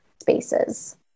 spaces